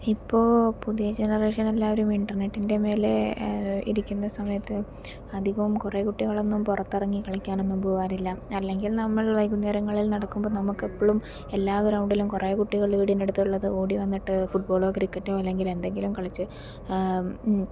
ഇപ്പോൾ പുതിയ ജനറേഷൻ എല്ലാവരും ഇൻറർനെറ്റിൻ്റെ മേലെ ഇരിക്കുന്ന സമയത്ത് അധികവും കുറെ കുട്ടികളൊന്നും പുറത്തിറങ്ങി കളിക്കാൻ ഒന്നും പോകാറില്ല അല്ലെങ്കിൽ നമ്മൾ വൈകുന്നേരങ്ങളിൽ നടക്കുമ്പോൾ നമുക്ക് എപ്പോഴും എല്ലാ ഗ്രൗണ്ടിലും കുറെ കുട്ടികൾ വീടിൻ്റെ അടുത്തുള്ളത് ഓടി വന്നിട്ട് ഫുട് ബോളോ ക്രിക്കറ്റോ അല്ലെങ്കിൽ എന്തെങ്കിലും കളിച്ച്